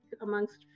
amongst